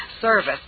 service